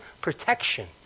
protection